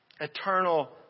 Eternal